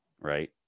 right